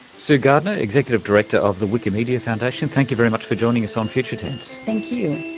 sue gardner, executive director of the wikimedia foundation, thank you very much for joining us on future tense. thank you